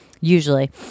usually